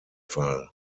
fall